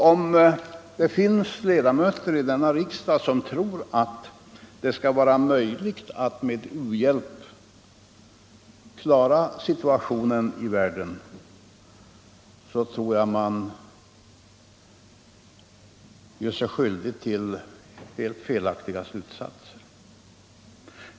Om det finns ledamöter av denna riksdag som tror att det är möjligt att med u-hjälp klara situationen i världen, gör de sig skyldiga till helt felaktiga slutsatser.